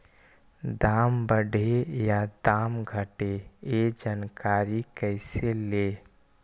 दाम बढ़े या दाम घटे ए जानकारी कैसे ले?